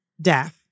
death